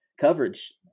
coverage